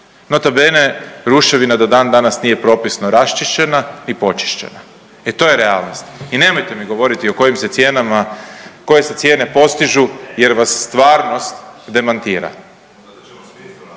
Nota bene ruševina do dan danas nije propisno raščišćena ni počišćena, e to je realnost. I nemojte mi govoriti o kojim se cijenama, koje se cijene postižu jer vas stvarnost demantira.